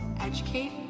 educate